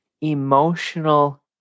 emotional